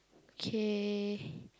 okay